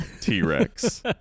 t-rex